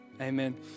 Amen